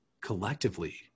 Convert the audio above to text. collectively